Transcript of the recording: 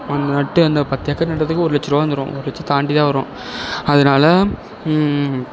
வந்து நட்டு அந்த பத்து ஏக்கர் நட்டத்துக்கு ஒரு லட்சருவா வந்துரும் ஒரு லட்சத்தை தாண்டிதான் வரும் அதனால